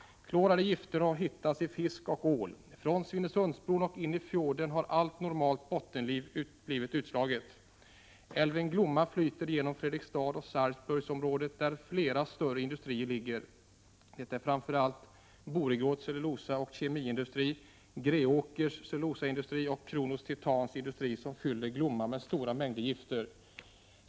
Klorerade gifter har hittats i fisk och ål. Från Svinesundsbron och in i fjorden är allt normalt bottenliv utslaget. Älven Glomma flyter genom Fredrikstads — Prot. 1987/88:33 och Sarpsborgsområdet där flera större industrier ligger. Det är framför allt 27 november 1987 Borregaards cellulosaoch kemiindustri, Greåkers cellulosaindustri och = Za Kronos Titans industri som fyller Glomma med stora mängder gifter.